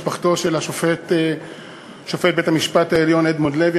משפחתו של שופט בית-המשפט העליון אדמונד לוי.